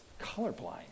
colorblind